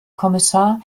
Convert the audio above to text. kommissar